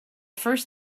first